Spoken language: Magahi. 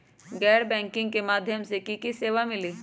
गैर बैंकिंग के माध्यम से की की सेवा मिली?